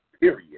Period